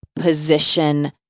position